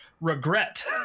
regret